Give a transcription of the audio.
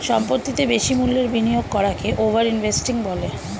সম্পত্তিতে বেশি মূল্যের বিনিয়োগ করাকে ওভার ইনভেস্টিং বলে